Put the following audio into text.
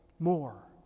More